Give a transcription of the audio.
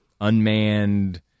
unmanned